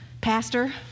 Pastor